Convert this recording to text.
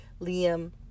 Liam